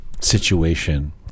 situation